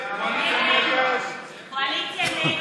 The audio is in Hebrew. ההסתייגות (14) של קבוצת חבר הכנסת יואל